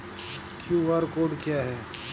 QR code क्या है?